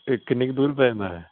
ਇਹ ਕਿੰਨੀ ਕ ਦੂਰ ਪੈ ਜਾਂਦਾ ਇਹ